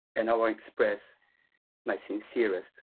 and i will express my sincerest